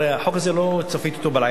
הרי את החוק הזה לא צפיתי בלילה.